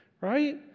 right